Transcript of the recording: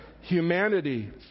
Humanity